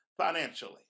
financially